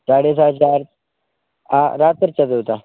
साडेसहाचा आ रातभर चालू होता